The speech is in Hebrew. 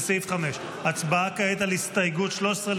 לסעיף 5. הצבעה כעת על הסתייגות 13,